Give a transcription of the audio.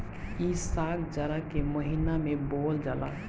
इ साग जाड़ा के महिना में बोअल जाला